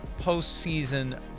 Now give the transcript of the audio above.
postseason